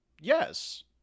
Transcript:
yes